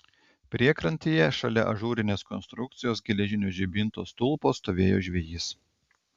priekrantėje šalia ažūrinės konstrukcijos geležinio žibinto stulpo stovėjo žvejys